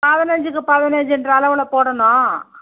பதினஞ்சுக்கு பதினஞ்சுன்ற அளவில் போடணும்